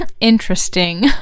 Interesting